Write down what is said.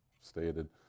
stated